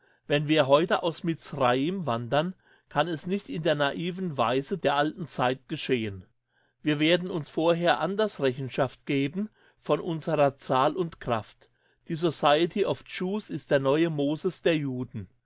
wenn wir heute aus mizraim wandern kann es nicht in der naiven weise der alten zeit geschehen wir werden uns vorher anders rechenschaft geben von unserer zahl und kraft die society of jews ist der neue moses der juden